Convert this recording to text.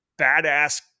badass